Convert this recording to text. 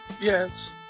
Yes